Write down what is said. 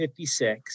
56